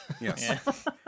Yes